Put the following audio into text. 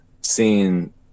seeing